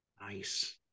nice